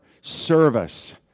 service